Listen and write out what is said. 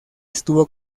estuvo